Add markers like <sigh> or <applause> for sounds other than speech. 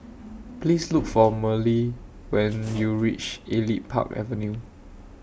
Please Look For Merle <noise> when YOU REACH Elite Park Avenue